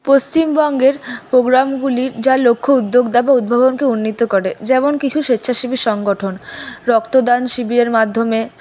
পশ্চিমবঙ্গের প্রোগ্রামগুলি যার লক্ষ্য উদ্যোক্তা উদ্ভাবনকে উন্নীত করে যেমন কিছু স্বেচ্ছাসেবী সংগঠন রক্তদান শিবিরের মাধ্যমে